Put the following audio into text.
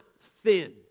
thin